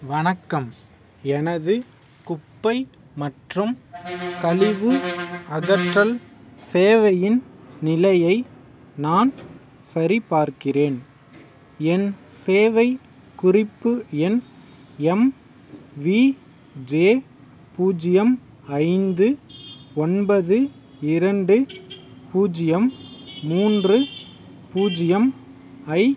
வணக்கம் எனது குப்பை மற்றும் கழிவு அகற்றல் சேவையின் நிலையை நான் சரிபார்க்கிறேன் என் சேவை குறிப்பு எண் எம்விஜே பூஜ்ஜியம் ஐந்து ஒன்பது இரண்டு பூஜ்ஜியம் மூன்று பூஜ்ஜியம் ஐப்